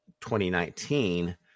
2019